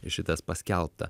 šitas paskelbta